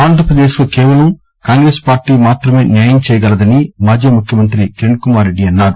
ఆంధ్రప్రదేశ్కు కేవలం కాంగ్రెస్ పార్టీ మాతమే న్యాయం చేయగలదని మాజీ ముఖ్యమంతి కిరణ్కుమార్రెడ్డి అన్నారు